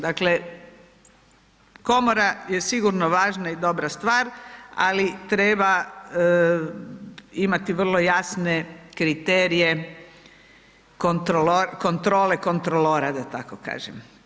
Dakle komora je sigurno važna i dobra stvar ali treba imati vrlo jasne kriterije kontrole kontrolora, da tako kažem.